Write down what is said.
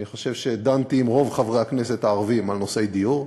אני חושב שדנתי עם רוב חברי הכנסת הערבים על נושאי דיור,